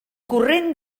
corrent